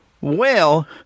Well